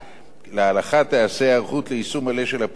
להלכה תיעשה היערכות ליישום מלא של פומביות הדיון.